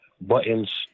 buttons